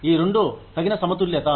ఈ రెండు తగిన సమతుల్యత